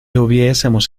hubiésemos